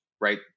Right